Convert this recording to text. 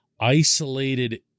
isolated